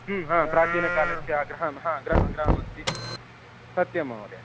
हा प्राचीनकालस्य गृहं हा गृहं गृहमस्ति सत्यं महोदय